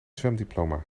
zwemdiploma